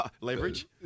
leverage